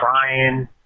crying